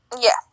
Yes